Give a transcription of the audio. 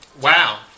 Wow